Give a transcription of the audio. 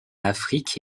afrique